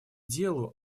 делу